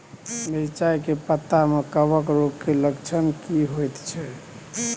मिर्चाय के पत्ता में कवक रोग के लक्षण की होयत छै?